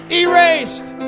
erased